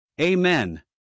Amen